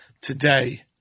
Today